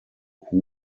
who